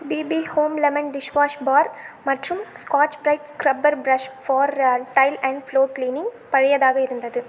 BP home lemon dishwash bar மற்றும் Scotch Brite scrubber brush for tile and floor cleaning பழையதாக இருந்தது